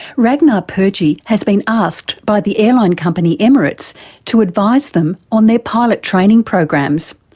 ragnar purje yeah has been asked by the airline company emirates to advise them on their pilot training programs,